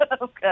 Okay